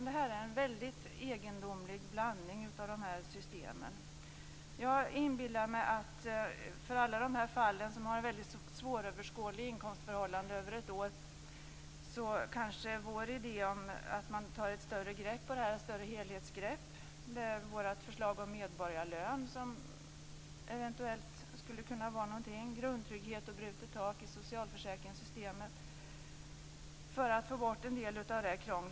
Det är en väldigt egendomlig blandning av dessa system. Jag inbillar mig att vår idé om att ta ett större helhetsgrepp är bra för alla dem vars inkomstförhållanden över året är väldigt svåröverskådliga. Vårt förslag om medborgarlön skulle eventuellt kunna vara någonting. Grundtrygghet och brutet tak i socialförsäkringssystemet skulle också få bort en del av detta krångel.